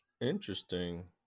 interesting